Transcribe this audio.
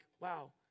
wow